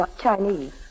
Chinese